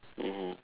mmhmm